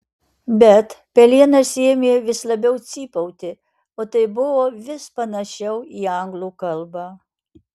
bet pelėnas ėmė vis labiau cypauti o tai buvo vis nepanašiau į anglų kalbą